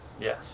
Yes